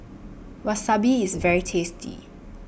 Wasabi IS very tasty